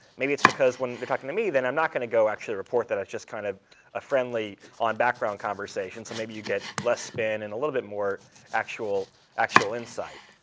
maybe it's because when they're talking to me, then i'm not going to go actually report that. it's just kind of a friendly on-background conversation, so maybe you get less spin and a little bit more actual actual insight.